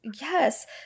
Yes